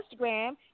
Instagram